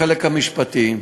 בחלק המשפטי,